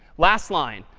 last line,